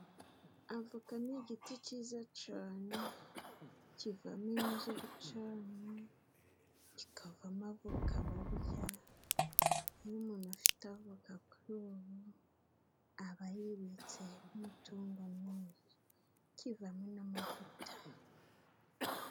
Avoka ni igiti cyiza cane， kivamo inkwi zo gucana， kikavamo voka barya， iyo umuntu afite avoka kuri ubu aba yibitseho umutungo mwiza， kivamo n'amavuta